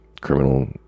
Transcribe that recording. criminal